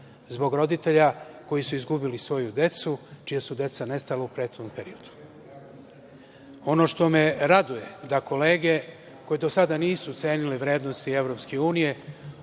zbog roditelja koji su izgubili svoju decu, čija su deca nestala u prethodnom periodu. Ono što me raduje je da se kolege koje do sada nisu cenile vrednosti EU